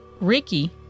Ricky